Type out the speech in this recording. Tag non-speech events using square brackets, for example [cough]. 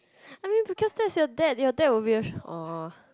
[breath] I mean because that's your dad your dad will be a orh